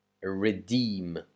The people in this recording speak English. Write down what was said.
redeem